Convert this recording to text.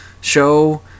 show